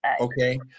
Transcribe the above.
Okay